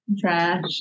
Trash